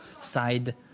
side